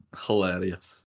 hilarious